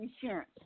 insurance